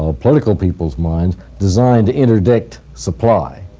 ah political peoples' minds, designed to interdict supply.